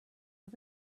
are